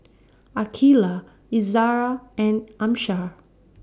Aqeelah Izzara and Amsyar